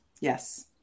Yes